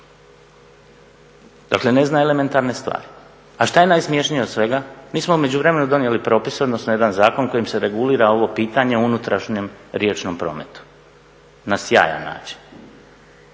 Dakle, ne zna elementarne stvari. A šta je najsmješnije od svega? Mi smo u međuvremenu donijeli propise, odnosno jedan zakon kojim se regulira ovo pitanje o unutrašnjem riječnom prometu na sjajan način.